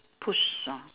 push lor